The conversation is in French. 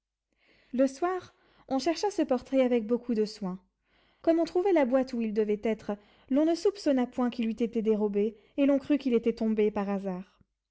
le soir on chercha ce portrait avec beaucoup de soin comme on trouvait la boîte où il devait être l'on ne soupçonna point qu'il eût été dérobé et l'on crut qu'il était tombé par hasard